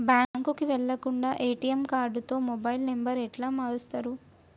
బ్యాంకుకి వెళ్లకుండా ఎ.టి.ఎమ్ కార్డుతో మొబైల్ నంబర్ ఎట్ల మారుస్తరు?